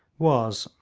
was,